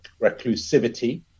reclusivity